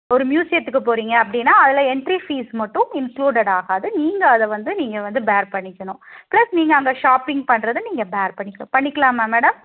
ஒரு மியூஸியத்துக்கு போகறீங்க அப்படின்னா அதில் என்ட்ரி ஃபீஸ் மட்டும் இன்க்ளூடட் ஆகாது நீங்கள் அதை வந்து நீங்கள் வந்து பேர் பண்ணிக்கணும் ப்ளஸ் நீங்கள் அங்கே ஷாப்பிங் பண்ணுறது நீங்கள் பேர் பண்ணிக்கணும் பண்ணிக்கலாமா மேடம்